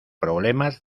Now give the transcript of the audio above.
problemas